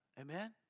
Amen